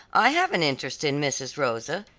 i have an interest in mrs. rosa,